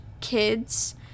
kids